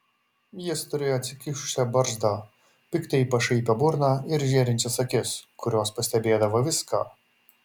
jis turėjo atsikišusią barzdą piktai pašaipią burną ir žėrinčias akis kurios pastebėdavo viską